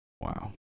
Wow